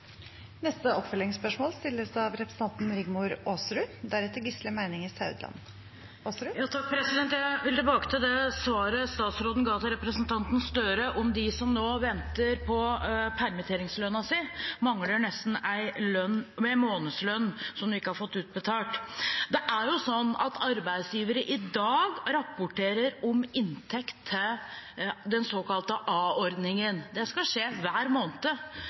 Rigmor Aasrud – til oppfølgingsspørsmål. Jeg vil tilbake til det svaret statsråden ga til representanten Gahr Støre om at de som nå venter på permitteringslønnen sin, mangler nesten en månedslønn som de ikke har fått utbetalt. Det er jo sånn at arbeidsgivere i dag rapporterer om inntekt til den såkalte a-ordningen. Det skal skje hver måned.